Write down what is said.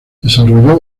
desarrolló